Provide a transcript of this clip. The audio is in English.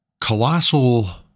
colossal